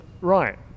right